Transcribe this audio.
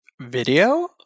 Video